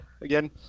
Again